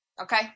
Okay